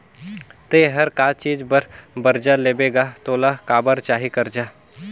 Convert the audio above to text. ते हर का चीच बर बरजा लेबे गा तोला काबर चाही करजा